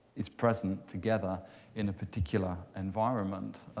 is present together in a particular environment,